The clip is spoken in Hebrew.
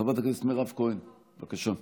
חברת הכנסת מירב כהן, בבקשה.